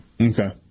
Okay